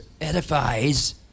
edifies